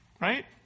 right